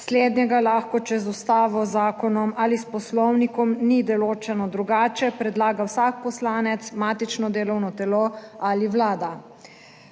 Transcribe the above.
Slednjega lahko, če z Ustavo, z zakonom ali s poslovnikom ni določeno drugače, predlaga vsak poslanec, matično delovno telo ali vlada.